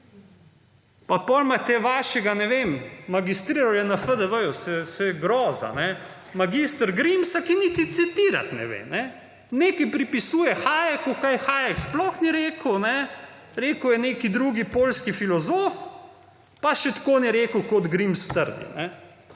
Pa potem imate vašega, ne vem, magistriral je na FDV, saj groza, mag. Grimsa, ki niti citirat ne ve. Nekaj pripisuje Hajeku, kar Hajek sploh ni rekel. Rekel je neki drugi poljski filozof, pa še tako ni rekel, kot Grims trdi.